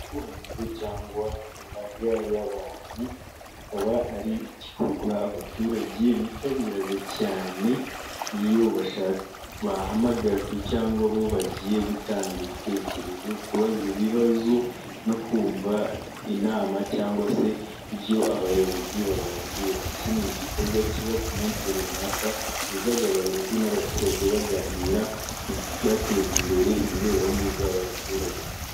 Ikoraniro cyangwa imbaga y'abantu ikaba ari igikorwa abaturage bitabira cyane iyo bahamagajwe cyangwa bo bagiye gutanga ibitekerezo, kubaza ibibazo no kumva inama cyangwa se ibyo abayobozi bababwira, iki ni igikorwa kiba ku munsi runaka, gihuza abayobozi n'abaturage baganira ku byateza imbere imibereho myiza y'abaturage.